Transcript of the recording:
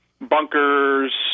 bunkers